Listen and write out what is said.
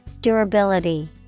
Durability